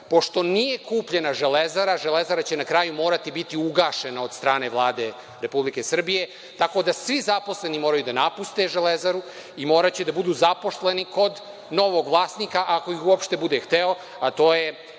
Pošto nije kupljena „Železara“, „Železara“ će na kraju morati biti ugašena od strane Vlade Republike Srbije, tako da svi zaposleni moraju da napuste „Železaru“ i moraće da budu zaposleni kod novog vlasnika, ako ih uopšte bude hteo, a to je